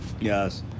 Yes